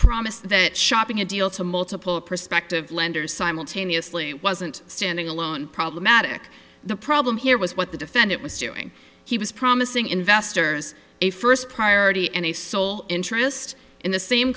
promise that shopping a deal to multiple prospective lenders simultaneously wasn't standing alone problematic the problem here was what the defendant was doing he was promising investors a first priority and a sole interest in the same